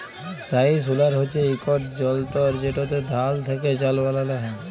rice huller হছে ইকট যলতর যেটতে ধাল থ্যাকে চাল বালাল হ্যয়